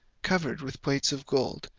covered with plates of gold,